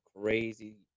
crazy